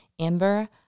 Amber